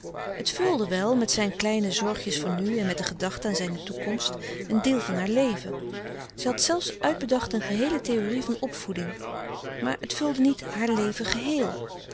het vulde wel met zijne kleine zorgjes voor nu en met de gedachten aan zijne toekomst een deel van haar leven zij had zelfs uitbedacht een geheele theorie van opvoeding maar het vulde niet haar leven geheel